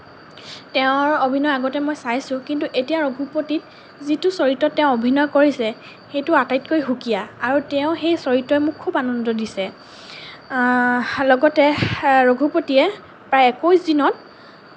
তেওঁৰ অভিনয় আগতে মই চাইছো কিন্তু এতিয়া ৰঘুপতিত যিটো চৰিত্ৰত তেওঁ অভিনয় কৰিছে সেইটো আটাইতকৈ সুকীয়া আৰু তেওঁৰ সেই চৰিত্ৰই মোক খুব আনন্দ দিছে লগতে ৰঘুপতিয়ে প্ৰায় একৈছ দিনত